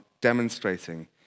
demonstrating